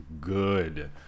good